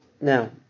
Now